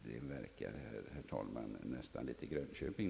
Det verkar, herr talman, nästan litet Grönköping.